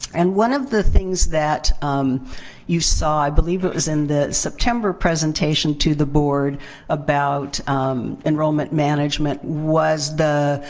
and one of the things that you saw, i believe it was in the september presentation to the board about enrollment management, was the